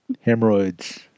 hemorrhoids